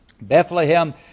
Bethlehem